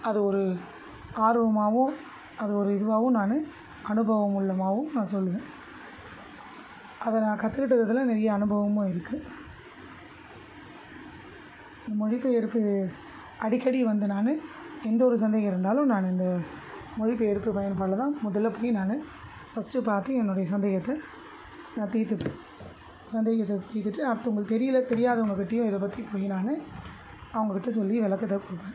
அது ஒரு ஆர்வமாகவும் அது ஒரு இதுவாகவும் நானு அனுபவம் உள்ளதாவும் நான் சொல்வேன் அதை நான் கற்றுக்கிட்டதுல நிறைய அனுபவமும் இருக்குது மொழிபெயர்ப்பு அடிக்கடி வந்து நான் எந்த ஒரு சந்தேகம் இருந்தாலும் நான் இந்த மொழிபெயர்ப்பு பயன்பாட்டுல தான் முதல்ல போய் நான் ஃபஸ்ட்டு பார்த்து என்னுடைய சந்தேகத்தை நான் தீர்த்துப்பேன் சந்தேகத்தை தீர்த்துட்டு அடுத்து உங்களுக்கு தெரியலை தெரியாதவங்க கிட்டேயும் இதை பற்றி போய் நான் அவங்கட்ட சொல்லி விளக்கத்த கொடுப்பேன்